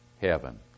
heaven